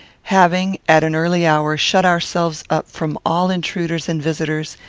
having, at an early hour, shut ourselves up from all intruders and visitors,